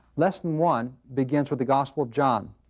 lesson one begins with the gospel of john,